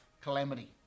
calamity